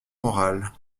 moral